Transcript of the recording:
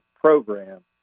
program